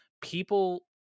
people